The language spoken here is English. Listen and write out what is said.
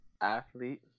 athlete